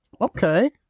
Okay